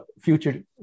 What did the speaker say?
future